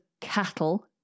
cattle